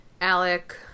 Alec